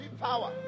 power